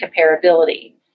comparability